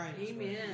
Amen